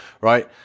right